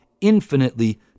infinitely